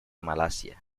malasia